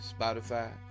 spotify